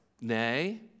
nay